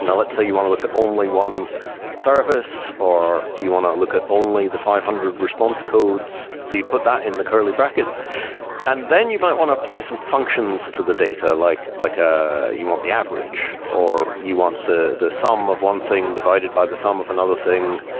you know let's say you want to look at only one service or you want to look at only the five hundred response codes. so you put that in the curly brackets and then you might want to apply some functions to the data, like like ah you want the average, or you want the the sum of one thing divided by the sum of another thing.